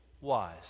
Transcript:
wise